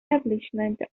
establishment